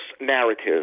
narrative